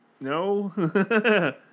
No